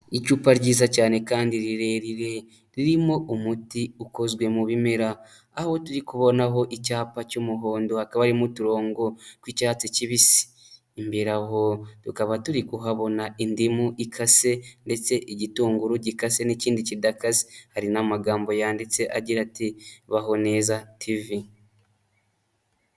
Icupa ryiza cyane kandi rirerire, ririmo umuti ukozwe mu bimera, aho turi kubonaho icyapa cy'umuhondo haka harimo uturongo tw'icyatsi kibisi. Imbere aho tukaba turi kuhabona indimu ikase ndetse igitunguru gikase n'ikindi kidakaze. Hari n'amagambo yanditse agira ati:" Baho neza TV."